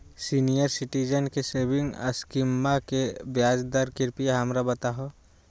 senior citizen के saving स्कीमवा के ब्याज दर कृपया हमरा बताहो